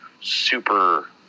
super